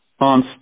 on